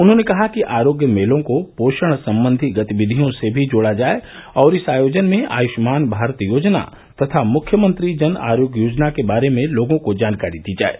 उन्होंने कहा कि आरोग्य मेलों को पोषण संबंधी गतिविधियों से भी जोड़ा जाये और इस आयोजन में आयुष्मान भारत योजना तथा मुख्यमंत्री जन आरोग्य योजना के बारे में लोगों को जानकारी दी जाये